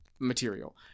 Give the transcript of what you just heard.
material